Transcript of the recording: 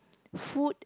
food